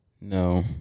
No